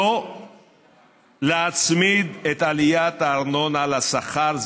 לא להצמיד את העלאת הארנונה לשכר.